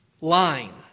line